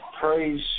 Praise